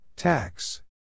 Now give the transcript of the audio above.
Tax